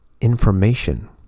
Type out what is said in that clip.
information